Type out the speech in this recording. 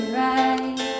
right